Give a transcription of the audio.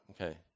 Okay